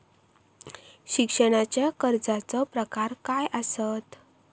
शिक्षणाच्या कर्जाचो प्रकार काय आसत?